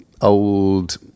old